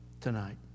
tonight